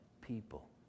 people